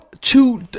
two